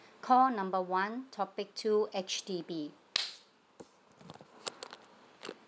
call number one topic two H_D_B